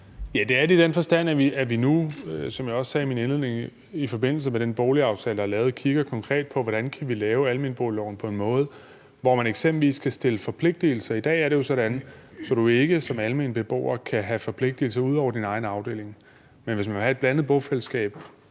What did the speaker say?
Ja, det er det i den forstand, at vi nu, hvad jeg også sagde i min indledende besvarelse, i forbindelse med den boligaftale, der er lavet, kigger konkret på, hvordan vi kan lave almenboligloven på en måde, hvor man eksempelvis kan stille forpligtigelser. I dag er det jo sådan, at du ikke som almen beboer kan have forpligtigelser ud over din egen afdeling. Men hvis man er i et blandet bofællesskab